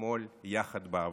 והשמאל יחד בעבר.